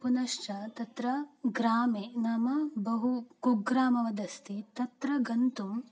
पुनश्च तत्र ग्रामे नाम बहु कुग्रामवदस्ति तत्र गन्तुं